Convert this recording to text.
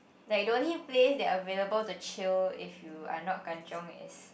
like the only place that are available to chill if you are not kan-chiong is